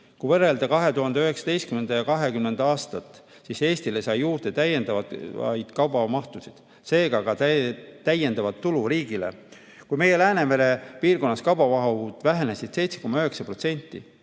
Kui võrrelda 2019. ja 2020. aastat, siis Eesti sai juurde täiendavaid kaubamahtusid, seega täiendavat tulu riigile. Kui meie Läänemere piirkonnas kaubaveomahud vähenesid 7,9%,